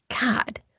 God